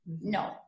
No